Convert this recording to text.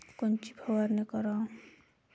कोनची फवारणी कराव?